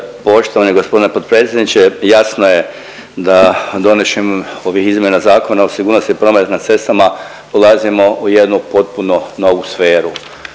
Poštovani g. potpredsjedniče. Jasno je da donošenjem ovih izmjena Zakona o sigurnosti prometa na cestama ulazimo u jednu potpuno novu sferu.